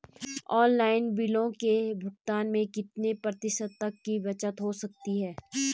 Online बिलों के भुगतान में कितने प्रतिशत तक की बचत हो सकती है?